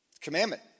Commandment